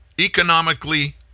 economically